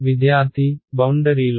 విద్యార్థి బౌండరీలో